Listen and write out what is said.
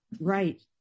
Right